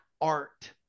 art